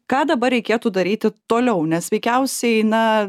ką dabar reikėtų daryti toliau nes veikiausiai na